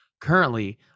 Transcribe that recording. Currently